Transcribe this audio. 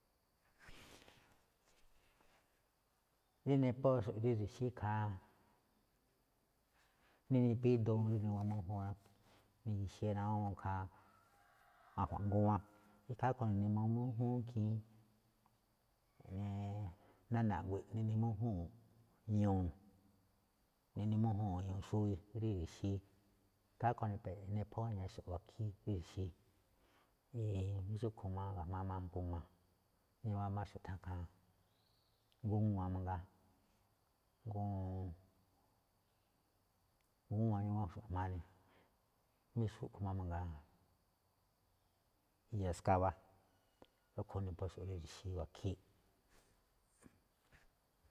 Rí niphóxo̱ꞌ ri̱xi̱íi ikhaa, rí nipíduun rí ni̱gu̱ma mújúun ni̱gi̱xi̱i̱ awúun ikhaa ajua̱nꞌ ngúwán, ikhaa rúꞌkhue̱n ni̱gu̱ma mújúún ikhiin, ja̱ꞌnee nána̱ a̱ꞌgui̱ꞌ neꞌne mújúu̱n ñu̱u̱, neꞌne mújúu̱n ñu̱u̱ xubi rí ri̱xi̱í. Ikhaa rúꞌkhue̱n niphó añaxo̱ꞌ wakhíí rí ri̱xi̱í, jamí xúꞌkhue̱n máꞌ ga̱jma̱á máꞌ g a, niwán máꞌxo̱ꞌ tháan ikhaa, gúwan mangaa, guwuun, gúwan niwánxo̱ꞌ, jamí xúꞌkhue̱n máꞌ mangaa iya xkawá, rúꞌkhue̱n niphóxo̱ꞌ rí ri̱xi̱í wakhíí.